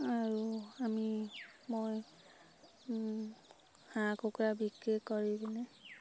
আৰু আমি মই হাঁহ কুকুৰা বিক্ৰী কৰি পিনে